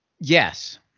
yes